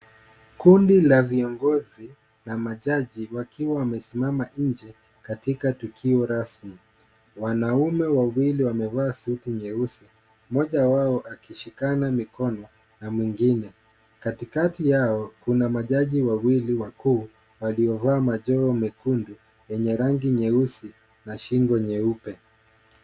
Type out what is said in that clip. Kundi la viongozi na majaji wakiwa wamesimama nje katika tukio rasmi, wanaume wawili wamevaa suti nyeusi, mmoja wao akishikana mikono na mwingine, katikati yao kuna majaji wawili wakuu waliovaa majoho mekundu yenye rangi nyeusi na shingo nyeupe.